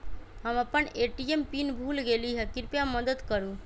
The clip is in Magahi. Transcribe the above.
हम अपन ए.टी.एम पीन भूल गेली ह, कृपया मदत करू